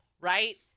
right